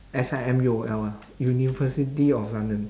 S_I_M U_O_L ah university of london